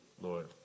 Lord